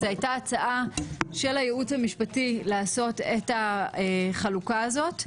זו הייתה הצעה של הייעוץ המשפטי לעשות את החלוקה הזאת,